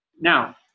Now